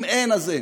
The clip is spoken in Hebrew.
אם אין, אז אין.